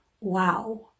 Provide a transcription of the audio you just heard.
wow